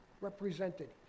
represented